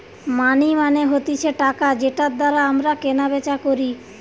মানি মানে হতিছে টাকা যেটার দ্বারা আমরা কেনা বেচা করি